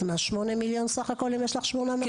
שמונה מיליון בסך הכול אם יש לך שמונה מרכזים.